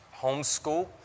Homeschool